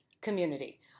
community